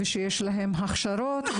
שיש להם הכשרות,